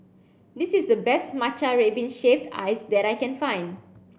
this is the best matcha red bean shaved ice that I can find